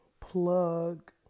plug